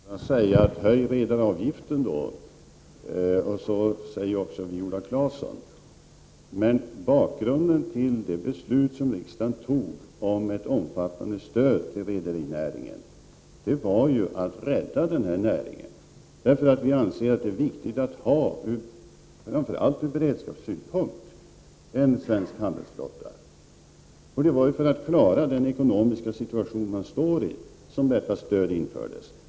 Herr talman! Det är lätt att säga: Höj redaravgiften! Så säger också Viola Claesson. Men bakgrunden till det beslut som riksdagen tog om ett omfattande stöd till rederinäringen var ju att rädda näringen, därför att man anser att det är viktigt, framför allt ur beredskapssynpunkt, att ha en svensk handelsflotta. Det var för att klara den ekonomiska situation man stod i som detta stöd infördes.